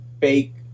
fake